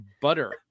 butter